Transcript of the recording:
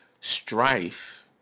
Strife